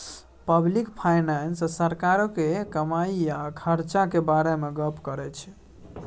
public finance सरकारक कमाई आ खरचाक बारे मे गप्प करै छै